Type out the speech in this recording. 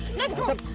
let's go.